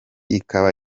ikaba